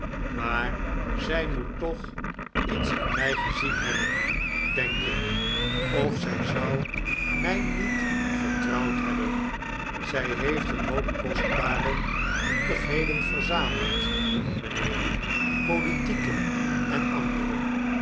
maar zij moet toch iets in mij gezien hebben denk ik of zij zou mij niet getrouwd hebben zij heeft een hoop kostbare kundigheden verzameld mijnheer politieke en andere